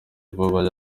vuba